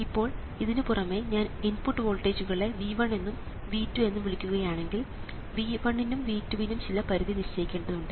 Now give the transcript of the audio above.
ഇപ്പോൾ ഇതിനുപുറമേ ഞാൻ ഇൻപുട്ട് വോൾട്ടേജുകളെ V1 എന്നും V2 എന്നും വിളിക്കുകയാണെങ്കിൽ V1 നും V2 നും ചില പരിധി നിശ്ചയിക്കേണ്ടതുണ്ട്